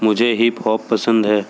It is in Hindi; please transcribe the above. मुझे हिपहॉप पसन्द है